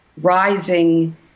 rising